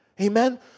Amen